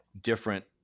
different